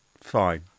Fine